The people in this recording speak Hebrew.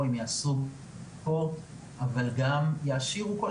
הם יעשו ספורט אבל גם יעשירו את עולמם,